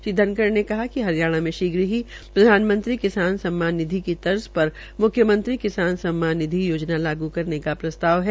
श्री धनखड़ ने कहा है कि हरियाणा में शीघ्र ही प्रधान मंत्री किसान सम्मान निधि की तर्ज प्र मुख्य मंत्री किसान सम्मान निधि योजना लागू करने का प्रस्ताव है